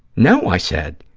no, i said.